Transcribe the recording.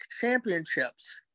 championships